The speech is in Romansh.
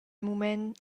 mument